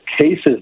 cases